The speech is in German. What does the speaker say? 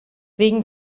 wegen